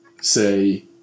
say